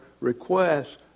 requests